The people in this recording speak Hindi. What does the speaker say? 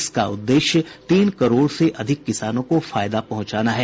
इसका उद्देश्य तीन करोड़ से ज्यादा किसानों को फायदा पहुंचाना है